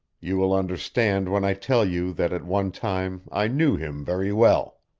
you will understand when i tell you that at one time i knew him very well.